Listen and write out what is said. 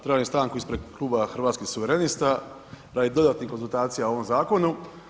Tražim stanku ispred Kluba Hrvatskih suverenista radi dodatnih konzultacija o ovom zakonu.